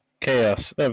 chaos